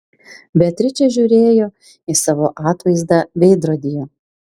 beatričė žiūrėjo į savo atvaizdą veidrodyje